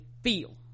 feel